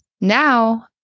Now-